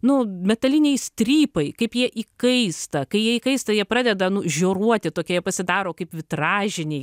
nu metaliniai strypai kaip jie įkaista kai jie įkaista jie pradeda nu žioruoti tokie jie pasidaro kaip vitražiniai